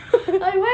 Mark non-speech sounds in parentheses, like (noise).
(laughs)